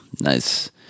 Nice